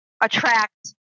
attract